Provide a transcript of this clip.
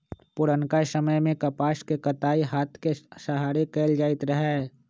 पुरनका समय में कपास के कताई हात के सहारे कएल जाइत रहै